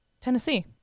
Tennessee